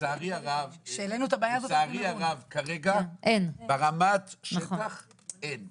לצערי הרב כרגע ברמת השטח אין.